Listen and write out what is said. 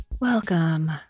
welcome